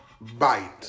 bite